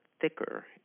thicker